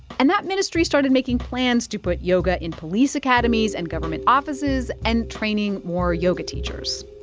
and that ministry started making plans to put yoga in police academies and government offices and training more yoga teachers.